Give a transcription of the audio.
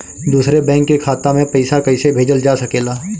दूसरे बैंक के खाता में पइसा कइसे भेजल जा सके ला?